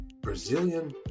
Brazilian